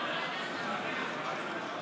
חברי הכנסת,